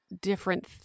different